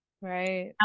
right